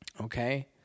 okay